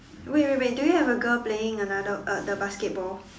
wait wait wait do you have a girl playing another uh the basketball